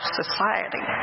society